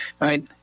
right